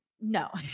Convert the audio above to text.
No